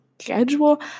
schedule